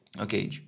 Okay